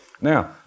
Now